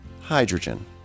hydrogen